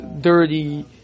dirty